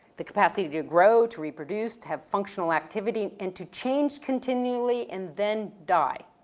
the capacity to to grow, to reproduce, to have functional activity, and to change continually, and then die.